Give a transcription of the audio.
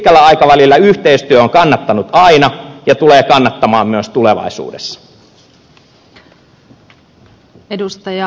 pitkällä aikavälillä yhteistyö on kannattanut aina ja tulee kannattamaan myös tulevaisuudessa